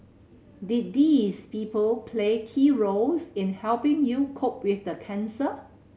did these people play key roles in helping you cope with the cancer